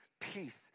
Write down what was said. peace